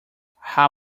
how